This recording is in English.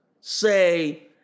say